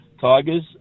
Tigers